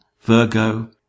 Virgo